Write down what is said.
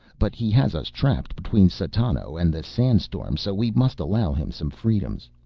but he has us trapped between satano and the sand-storm so we must allow him some freedoms.